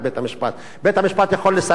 בית-המשפט יכול לסרב, נכון.